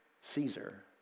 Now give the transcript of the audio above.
Caesar